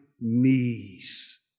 knees